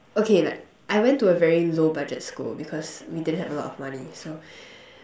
okay like I went to a very low budget school because we didn't have a lot of money so